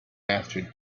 after